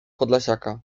podlasiaka